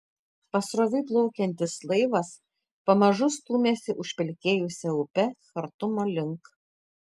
pasroviui plaukiantis laivas pamažu stūmėsi užpelkėjusia upe chartumo link